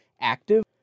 active